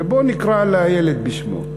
בואו נקרא לילד בשמו.